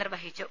നിർവഹിച്ചു